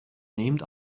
named